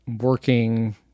working